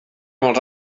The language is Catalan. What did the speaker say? molts